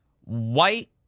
White